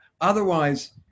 otherwise